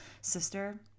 sister